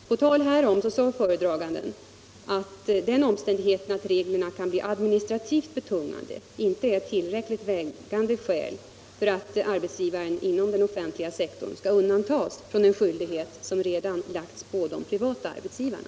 På tal härom framhöll föredraganden att den omständigheten att reglerna kan bli administrativt betungande inte är tillräckligt vägande skäl för att arbetsgivaren inom den offentliga sektorn skall undantas från en skyldighet som redan lagts på de privata arbetsgivarna.